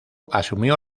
asumió